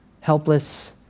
helpless